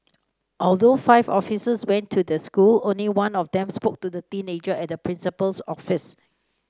although five officers went to the school only one of them spoke to the teenager at the principal's office